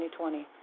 2020